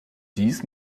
dies